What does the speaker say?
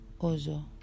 Ozo